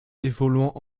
évoluant